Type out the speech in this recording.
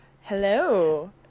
Hello